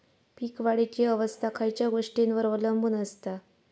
पीक वाढीची अवस्था खयच्या गोष्टींवर अवलंबून असता?